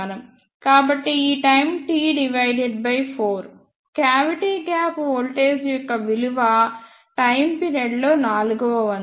కాబట్టి ఈ time T 4 cavity gap voltage యొక్క విలువ టైమ్ పిరియడ్ లో నాలుగవ వంతు